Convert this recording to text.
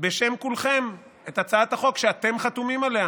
בשם כולכם את הצעת החוק שאתם חתומים עליה